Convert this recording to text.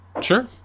Sure